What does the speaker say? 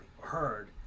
heard